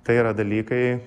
tai yra dalykai